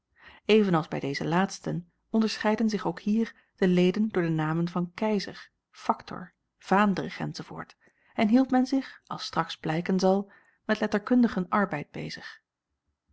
als bij deze laatsten onderscheidden zich ook hier de leden door de namen van keizer factor vaandrig enz en hield men zich als straks blijken zal met letterkundigen arbeid bezig